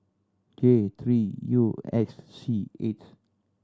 J three U X C eight